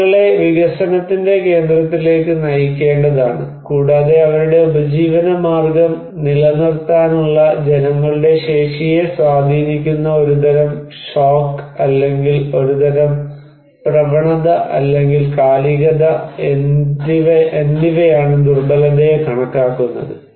ആളുകളെ വികസനത്തിന്റെ കേന്ദ്രത്തിലേക്ക് നയിക്കേണ്ടതാണ് കൂടാതെ അവരുടെ ഉപജീവനമാർഗ്ഗം നിലനിർത്താനുള്ള ജനങ്ങളുടെ ശേഷിയെ സ്വാധീനിക്കുന്ന ഒരുതരം ഷോക്ക് അല്ലെങ്കിൽ ഒരുതരം പ്രവണത അല്ലെങ്കിൽ കാലികത എന്നിവയാണ് ദുർബലതയെ കണക്കാക്കുന്നത്